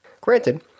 Granted